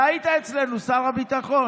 אתה היית אצלנו, שר הביטחון,